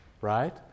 right